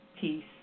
peace